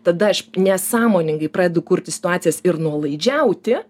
tada aš nesąmoningai pradedu kurti situacijas ir nuolaidžiauti